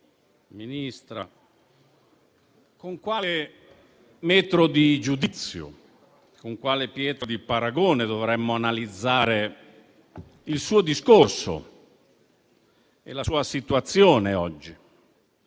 Ministra, con quale metro di giudizio e con quale pietra di paragone dovremmo analizzare il suo discorso e la sua situazione oggi?